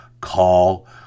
call